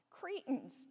Cretans